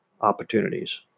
opportunities